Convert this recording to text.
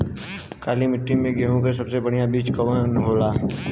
काली मिट्टी में गेहूँक सबसे बढ़िया बीज कवन होला?